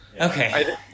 okay